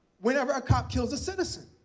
whenever a cop kills a citizen.